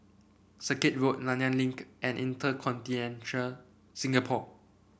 Circuit Road Nanyang Link and InterContinental Singapore